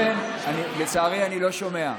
לצערי, אני לא שומע.